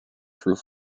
through